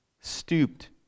stooped